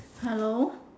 hello